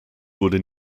wurde